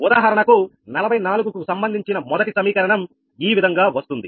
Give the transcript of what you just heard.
ఉదాహరణకు 44 కు సంబంధించిన మొదటి సమీకరణం ఈ విధంగా వస్తుంది